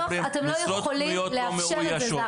בסוף אתם לא יכולים לאפשר את זה.